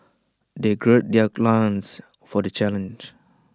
they gird their loins for the challenge